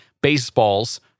baseballs